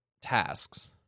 tasks